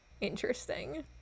interesting